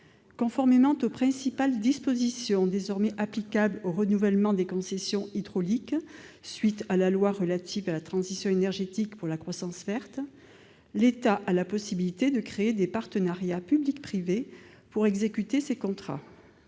Conformément aux principales dispositions désormais applicables au renouvellement des concessions hydrauliques, à la suite de l'adoption de la loi relative à la transition énergétique pour la croissance verte, l'État a la possibilité de recourir à des partenariats public-privé pour exécuter ces contrats.